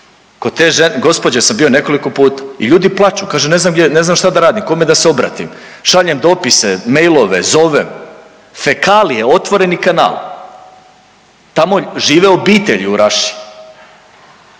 kod te gospođe sam bio nekoliko puta i ljudi plaču, kaže ne znam .../nerazumljivo/... ne znam šta da radim, kome da se obratim. Šaljem dopise, mailove, zovem, fekalije, otvoreni kanal. Tamo žive obitelji u Raši.